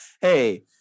Hey